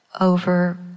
over